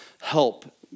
help